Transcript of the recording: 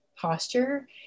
posture